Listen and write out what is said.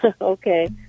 okay